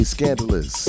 Scandalous